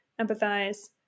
empathize